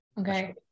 okay